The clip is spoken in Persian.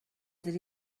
زیر